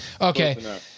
Okay